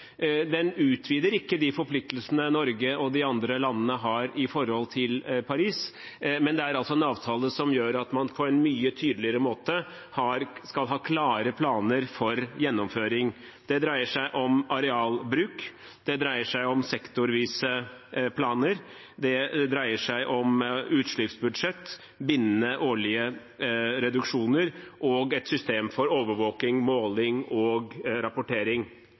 Den utvider ikke de forpliktelsene Norge og de andre landene har i henhold til Parisavtalen, men det er en avtale som gjør at man på en mye tydeligere måte skal ha klare planer for gjennomføring. Det dreier seg om arealbruk, det dreier seg om sektorvise planer, det dreier seg om utslippsbudsjett, det dreier seg om bindende årlige reduksjoner og et system for overvåking, måling og rapportering.